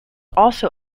also